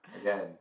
Again